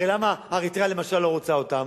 הרי למה אריתריאה למשל לא רוצה אותם?